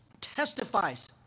testifies